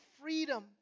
freedom